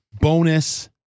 bonus